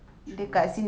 percuma